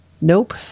Nope